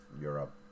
Europe